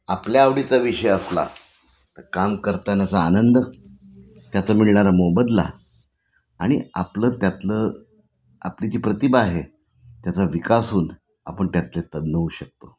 आपल्या आवडीचा विषय असला तर काम करतानाचा आनंद त्याचा मिळणारा मोबदला आणि आपलं त्यातलं आपली जी प्रतिभा आहे त्याचा विकास होऊन आपण त्यातले तज्ञ होऊ शकतो